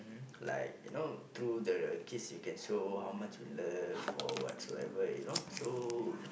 like you know through the kiss you can show how much you love or what so ever you know so